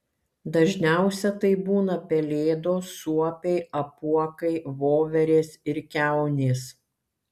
dažniausia tai būna pelėdos suopiai apuokai voverės ir kiaunės